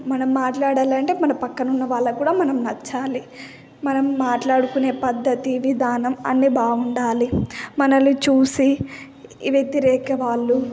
మనం మాట్లాడాలంటే మన పక్కనున్న వాళ్ళకు కూడా మనం నచ్చాలి మనం మాట్లాడుకునే పద్ధతి విధానం అన్ని బాగుండాలి మనల్ని చూసి వ్యతిరేక వాళ్ళు